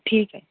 ठीक आहे